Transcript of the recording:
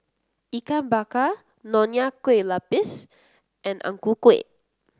Ikan Bakar Nonya Kueh Lapis and Ang Ku Kueh